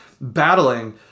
battling